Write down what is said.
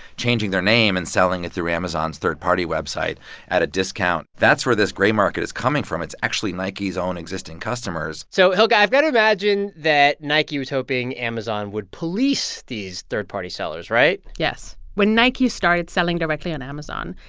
changing their name and selling it through amazon's third-party website at a discount. that's where this gray market is coming from. it's actually nike's own existing customers so hilke, i've got to imagine that nike was hoping amazon would police these third-party sellers, right? yes. when nike started selling directly on amazon,